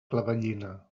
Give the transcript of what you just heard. clavellina